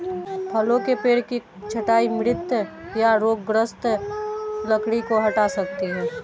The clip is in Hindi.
फलों के पेड़ की छंटाई मृत या रोगग्रस्त लकड़ी को हटा सकती है